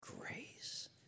Grace